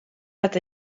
dat